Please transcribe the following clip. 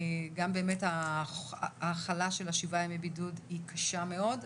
גם ההכלה של השבעה ימי בידוד היא קשה מאוד,